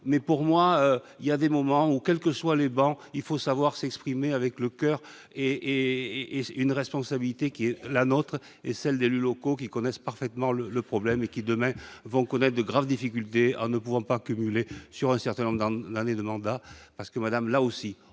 mais pour moi il y a des moments où, quelles que soient les bons, il faut savoir s'exprimer avec le coeur et et et une responsabilité qui est la nôtre et celle d'élus locaux qui connaissent parfaitement le le problème et qui demain vont connaître de graves difficultés, ne pourront pas cumuler sur un certain nombre d'années de mandat parce que Madame là aussi